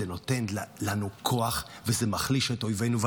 זה נותן לנו כוח וזה מחליש את אויבינו.